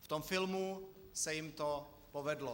V tom filmu se jim to povedlo.